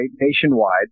nationwide